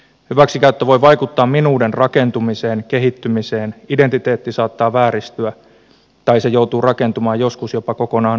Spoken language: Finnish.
hyväksikäyttö voi vaikuttaa minuuden rakentumiseen kehittymiseen identiteetti saattaa vääristyä tai se joutuu rakentumaan joskus jopa kokonaan uudelleen